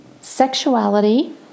sexuality